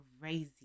crazy